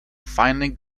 finely